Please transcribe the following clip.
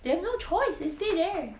they have no choice they stay there